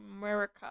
America